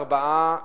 ארבעה בעד,